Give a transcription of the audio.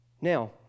Now